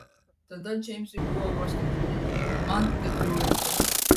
tada džeimsui buvo vos ketveri o man keturiolika